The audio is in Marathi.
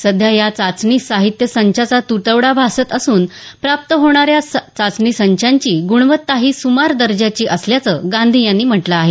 सध्या या चाचणी साहित्य संचाचा तुटवडा भासत असून प्राप्त होणाऱ्या चाचणी संचांची गुणवत्ताही सुमार दर्जाची असल्याचं गांधी यांनी म्हटलं आहे